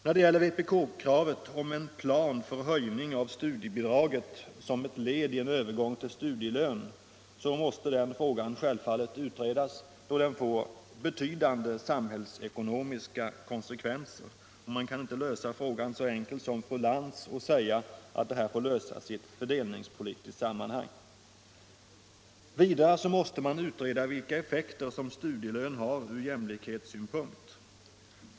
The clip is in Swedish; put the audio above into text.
När det gäller vpk-kravet på en plan för höjning av studiebidraget som ett led i en övergång till studielön, så måste den frågan självfallet utredas, då den får betydande samhällsekonomiska konsekvenser. Man kan inte lösa frågan så enkelt som fru Lantz säger — att den får lösas i ett fördelningspolitiskt sammanhang. Vidare måste man utreda vilka effekter studielön har från jämlikhetssynpunkt.